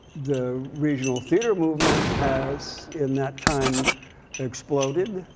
the regional theater movement has in that time exploded.